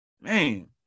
Man